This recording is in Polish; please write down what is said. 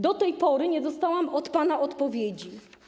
Do tej pory nie dostałam od pana odpowiedzi.